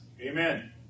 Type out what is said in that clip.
Amen